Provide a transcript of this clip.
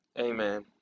Amen